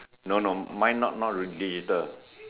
no no mine not not radiator